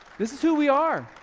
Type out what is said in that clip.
this is who we are.